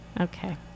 Okay